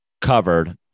covered